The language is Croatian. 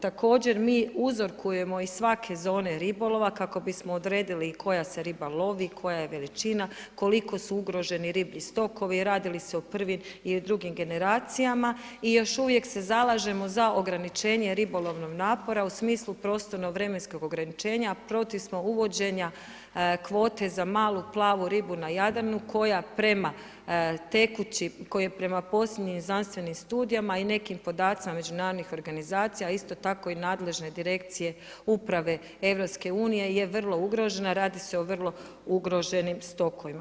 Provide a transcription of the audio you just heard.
Također mi uzorkujemo iz svake zone ribolova, kako bi smo odredili koja se riba lovi, koja je veličina, koliko su ugroženi riblji stokovi, radi li se o prvim i drugim generacijama i još uvijek se zalažemo za ograničenje ribolovnog napora u smislu prostorno vremenskog ograničenja, a protiv smo uvođenja kvote za malu plavu ribu na Jadranu, koja prema tekućim, koja prema posljednjim znanstvenim studijama i nekim podacima međunarodnih organizacija a isto tako i nadležne direkcije uprave EU-a je vrlo ugroženo, radi se o vrlo ugroženim stokovima.